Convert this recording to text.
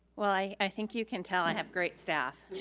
well, i i think you can tell i have great staff.